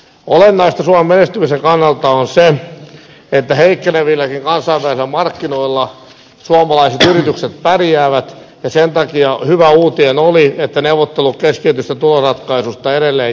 olennaista suomen menestymisen kannalta on se että heikkenevilläkin kansainvälisillä markkinoilla suomalaiset yritykset pärjäävät ja sen takia hyvä uutinen oli että neuvottelut keskitetystä tuloratkaisusta edelleen jatkuvat